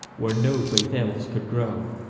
where no faith else could grow.